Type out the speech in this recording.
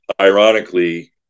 ironically